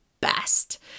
best